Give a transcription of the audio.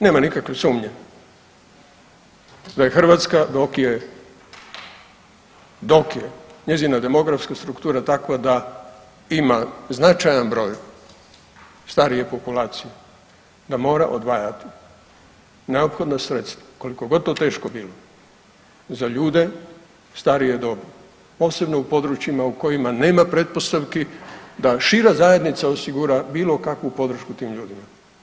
Nema nikakve sumnje, da je Hrvatska, dok je, dok je njezina demografska struktura takva da ima značajan broj starije populacije, da mora odvajati neophodna sredstva, koliko god to teško bilo, za ljude starije dobi, posebno u područjima u kojima nema pretpostavki da šira zajednica osigura bilo kakvu podršku tim ljudima.